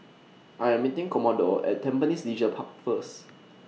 I Am meeting Commodore At Tampines Leisure Park First